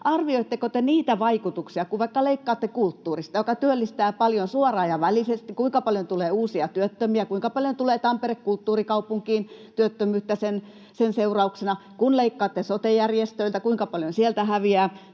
arvioitteko te niitä vaikutuksia, kun vaikka leikkaatte kulttuurista, joka työllistää paljon suoraan ja välillisesti, kuinka paljon tulee uusia työttömiä, kuinka paljon tulee Tampere-kulttuurikaupunkiin työttömyyttä sen seurauksena, kun leikkaatte sote-järjestöiltä, kuinka paljon sieltä häviää